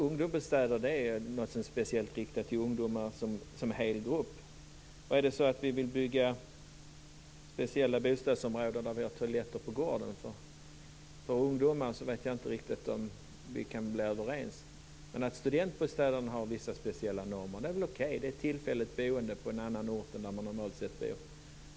Ungdomsbostäder är något som är speciellt riktat till ungdomar som hel grupp. Om ni vill bygga speciella bostadsområden för ungdomar med toaletter på gården vet jag inte riktigt om vi kan bli överens. Att studentbostäderna har vissa speciella normer är okej. De är ett tillfälligt boende på en annan ort än där man normalt sett bor.